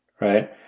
right